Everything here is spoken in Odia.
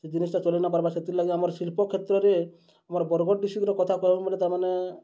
ସେ ଜିନିଷ୍ଟା ଚଲେଇ ନାଇ ପାର୍ବାର୍ ସେଥିର୍ଲାଗି ଆମର୍ ଶିଳ୍ପ କ୍ଷେତ୍ରରେ ଆମର୍ ବରଗଡ଼ ଡିଷ୍ଟ୍ରିକ୍ଟର କଥା କହେବାକୁ ଗଲେ ତା'ର୍ମାନେ